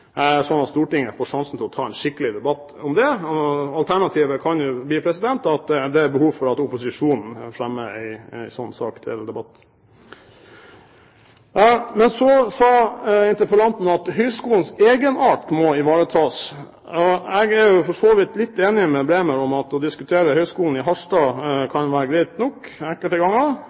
jeg håper at statsråden på et egnet tidspunkt kommer til Stortinget og sier litt om hva hun og Regjeringen tenker om hvor mange universiteter vi har behov for i Norge, hvor mange høyskoler vi har behov for, slik at Stortinget får sjansen til å ta en skikkelig debatt om det. Alternativet kan jo bli at det er behov for at opposisjonen fremmer en slik sak til debatt. Men så sa interpellanten at høyskolens egenart må ivaretas. Jeg